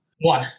one